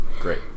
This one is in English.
great